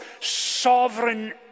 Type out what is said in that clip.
sovereign